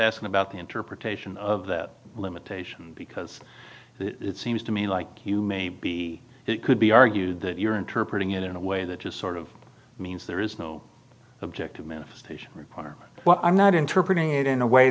asking about the interpretation of that limitation because it seems to me like you may be it could be argued that you're interpreting it in a way that just sort of means there is no objective ministration requirement what i'm not interpreting it in a way